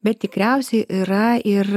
bet tikriausiai yra ir